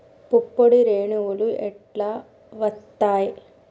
పుప్పొడి రేణువులు ఎట్లా వత్తయ్?